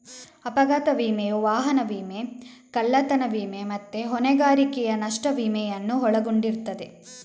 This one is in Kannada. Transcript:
ಅಪಘಾತ ವಿಮೆಯು ವಾಹನ ವಿಮೆ, ಕಳ್ಳತನ ವಿಮೆ ಮತ್ತೆ ಹೊಣೆಗಾರಿಕೆಯ ನಷ್ಟ ವಿಮೆಯನ್ನು ಒಳಗೊಂಡಿರ್ತದೆ